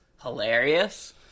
hilarious